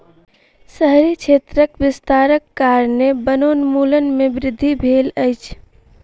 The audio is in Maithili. शहरी क्षेत्रक विस्तारक कारणेँ वनोन्मूलन में वृद्धि भेल अछि